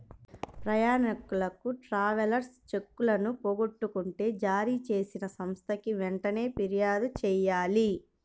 ప్రయాణీకులు ట్రావెలర్స్ చెక్కులను పోగొట్టుకుంటే జారీచేసిన సంస్థకి వెంటనే పిర్యాదు చెయ్యాలి